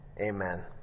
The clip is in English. amen